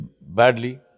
badly